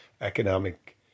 Economic